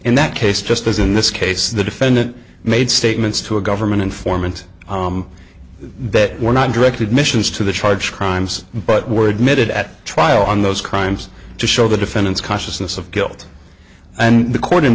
in that case just as in this case the defendant made statements to a government informant that were not directed missions to the charge crimes but were admitted at trial on those crimes to show the defendant's consciousness of guilt and the co